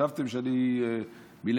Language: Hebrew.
חשבתם שאני מלמעלה?